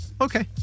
Okay